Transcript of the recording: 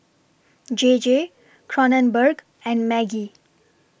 J J Kronenbourg and Maggi